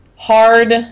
Hard